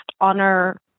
honor